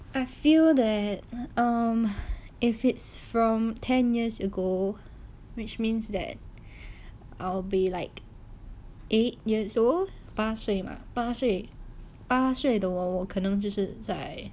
I feel that um if it's from ten years ago which means that I will be like eight years old 八岁八岁八岁的我可能就是